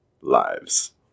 lives